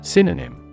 Synonym